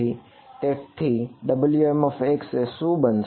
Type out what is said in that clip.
તેથી Wmx એ શું બનશે